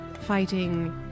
fighting